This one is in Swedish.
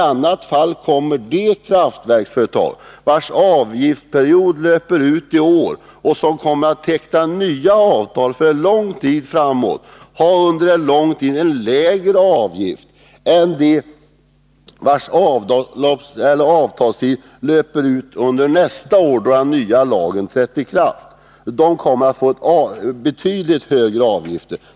Annars kommer de kraftföretag vilkas avgiftsperiod löper ut i år och som kommer att teckna nya avtal för lång tid framåt att länge ha en lägre avgift än de vars avtalstid löper ut strax efter det att den nya vattenlagen trätt i kraft 1984. Dessa kommer att få betydligt högre avgifter.